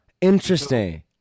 Interesting